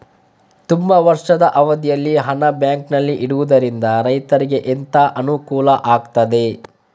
ತುಂಬಾ ವರ್ಷದ ಅವಧಿಯಲ್ಲಿ ಹಣ ಬ್ಯಾಂಕಿನಲ್ಲಿ ಇಡುವುದರಿಂದ ರೈತನಿಗೆ ಎಂತ ಅನುಕೂಲ ಆಗ್ತದೆ?